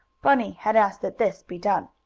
bunny had asked that this be done.